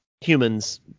humans